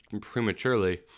prematurely